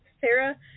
sarah